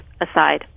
aside